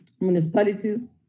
Municipalities